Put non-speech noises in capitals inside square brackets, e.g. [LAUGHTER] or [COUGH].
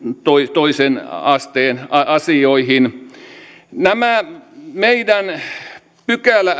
toisen asteen asioihin näitä meidän pykälä [UNINTELLIGIBLE]